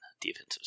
defensive